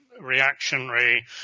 reactionary